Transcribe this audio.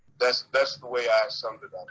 that's that's the way i summed it